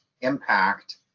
impact